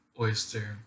oyster